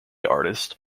artist